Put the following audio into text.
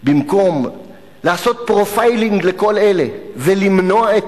במקום לעשות profiling לכל אלה ולמנוע את